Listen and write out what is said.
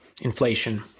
inflation